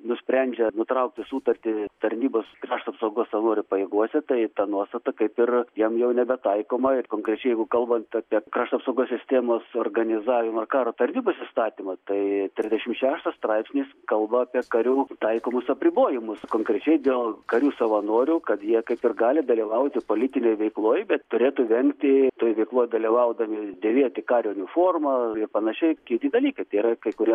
nusprendžia nutraukti sutartį tarnybos krašto apsaugos savanorių pajėgose tai ta nuostata kaip ir jam jau nebetaikoma ir konkrečiai jeigu kalbant apie krašto apsaugos sistemos organizavimą ir karo tarnybos įstatymą tai trisdešim šeštas straipsnis kalba apie karių taikomus apribojimus konkrečiai dėl karių savanorių kad jie kaip ir gali dalyvauti politinėj veikloj bet turėtų vengti toj veikloj dalyvaudami dėvėti kario uniformą ir panašiai kiti dalykai tai yra kai kurie